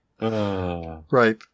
Right